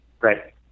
Right